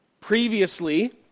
Previously